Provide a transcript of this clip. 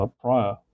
prior